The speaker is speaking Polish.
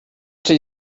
czy